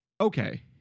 okay